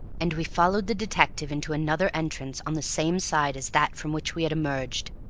and we followed the detective into another entrance on the same side as that from which we had emerged,